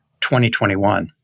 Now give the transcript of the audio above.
2021